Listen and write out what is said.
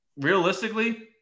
realistically